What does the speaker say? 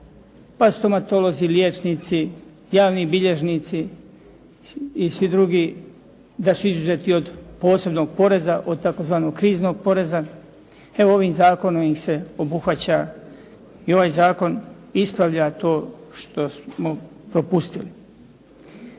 pa stomatolozi, liječnici, javni bilježnici i svi drugi, da su izuzeti od posebnog poreza, od tzv. kriznog poreza. Evo ovim zakonom ih se obuhvaća i ovaj zakon ispravlja to što smo propustili.